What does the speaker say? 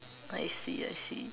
I see I see